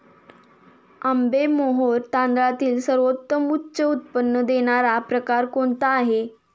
आंबेमोहोर तांदळातील सर्वोत्तम उच्च उत्पन्न देणारा प्रकार कोणता आहे?